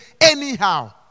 anyhow